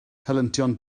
helyntion